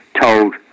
told